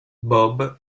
bob